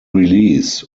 release